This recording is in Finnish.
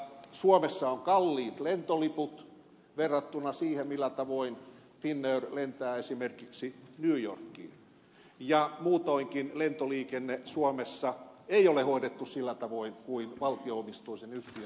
suomessa on kalliit lentoliput verrattuna siihen millä tavoin finnair lentää esimerkiksi new yorkiin ja muutoinkin lentoliikenne suomessa ei ole hoidettu sillä tavoin kuin valtio omisteisessa yhtiössä pitäisi